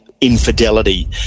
infidelity